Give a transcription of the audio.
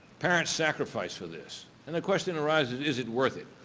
parents sacrifice for this and the question arises is it worth it?